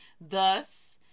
thus